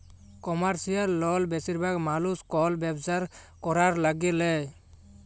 commercial লল বেশিরভাগ মালুস কল ব্যবসা ক্যরার ল্যাগে লেই